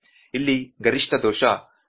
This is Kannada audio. ಇಲ್ಲಿ ಗರಿಷ್ಠ ದೋಷ 0